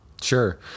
sure